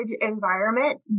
environment